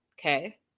okay